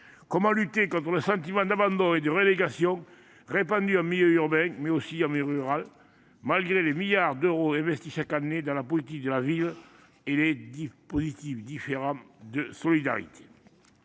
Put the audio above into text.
Comment lutter contre le sentiment d’abandon et de relégation, répandu en milieu urbain, mais aussi en milieu rural, malgré les milliards d’euros investis chaque année dans la politique de la ville et les différents dispositifs de solidarité ?